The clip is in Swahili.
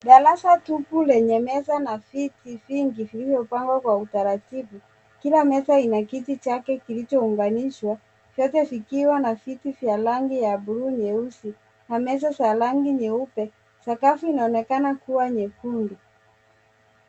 Darasa tupu lenye meza na viti vingi vilivyopangwa kwa utaratibu. Kila meza ina kiti chake kilichounganishwa vyote vikiwa na viti vya rangi ya bluu nyeusi na meza za rangi nyeupe. Sakafu inaonekana kuwa nyekundu.